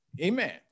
amen